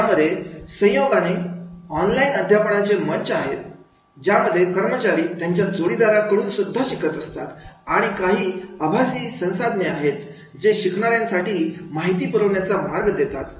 ज्यामध्ये संयोगाने ऑनलाईन अध्यापनाचे मंच आहेत ज्यामध्ये कर्मचारी त्यांच्या जोडीदाराकडून सुद्धा शिकत असतात आणि काही आभासी संसाधने आहेतजे शिकणाऱ्यांसाठी माहिती पुरवण्याचा मार्ग देतात